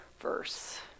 verse